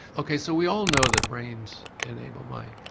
okay so we all know that brains enable minds.